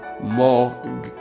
more